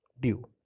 due